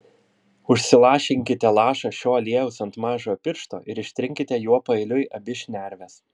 užsilašinkite lašą šio aliejaus ant mažojo piršto ir ištrinkite juo paeiliui abi šnerves